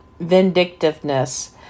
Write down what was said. vindictiveness